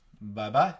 Bye-bye